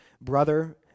brother